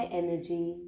energy